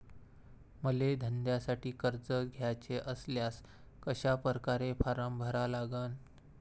मले धंद्यासाठी कर्ज घ्याचे असल्यास कशा परकारे फारम भरा लागन?